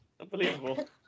Unbelievable